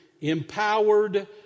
empowered